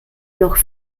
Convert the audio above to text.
noch